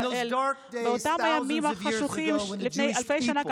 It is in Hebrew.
באותם ימים חשוכים לפני אלפי שנים,